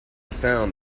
sound